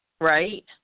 right